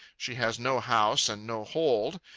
she has no house and no hold.